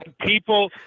people